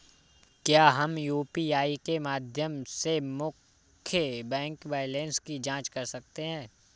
क्या हम यू.पी.आई के माध्यम से मुख्य बैंक बैलेंस की जाँच कर सकते हैं?